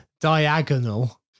diagonal